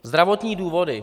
Zdravotní důvody.